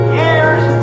years